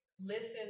listen